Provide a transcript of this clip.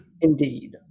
Indeed